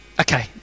Okay